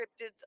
Cryptids